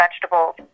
vegetables